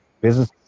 Business